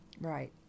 right